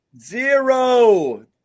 Zero